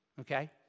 okay